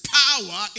power